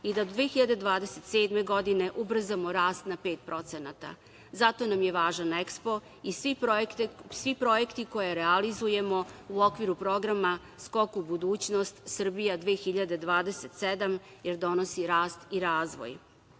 i da 2027. godine ubrzamo rast na 5%. Zato nam je važan EKSPO i svi projekti koje realizujemo u okviru programa „Skok u budućnost – Srbija 2027“ jer donosi rast i razvoj. Cilj